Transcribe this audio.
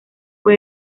fue